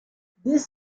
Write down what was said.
this